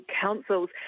councils